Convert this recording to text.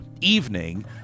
evening